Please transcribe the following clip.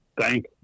thank